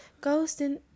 Ghosting